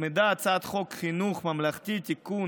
שהוצמדה לה הצעת חוק חינוך ממלכתי (תיקון,